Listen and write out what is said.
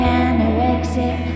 anorexic